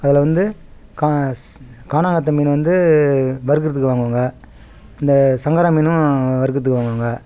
அதில் வந்து கா ஸ் கானாங்கத்தை மீன் வந்து வறுக்கிறதுக்கு வாங்குவாங்க இந்த சங்கரா மீனும் வறுக்கிறதுக்கு வாங்குவாங்க